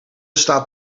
staat